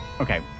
Okay